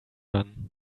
run